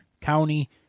County